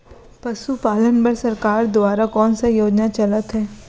पशुपालन बर सरकार दुवारा कोन स योजना चलत हे?